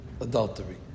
adultery